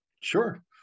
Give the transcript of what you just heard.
Sure